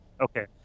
Okay